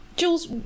Jules